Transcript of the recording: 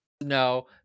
no